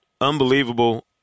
unbelievable